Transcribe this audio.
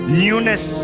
newness